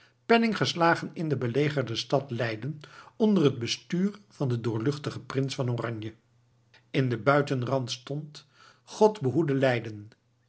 penning geslagen in de belegerde stad leyden onder het bestuur van den doorluchtigen prins van oranje in den buitenrand stond godt behoede leyden